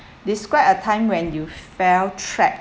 describe a time when you felt trapped